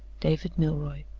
david milroy.